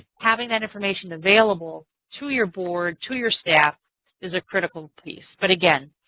having that information available to your board, to your staff is a critical piece. but again,